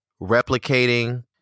replicating